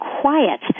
quiet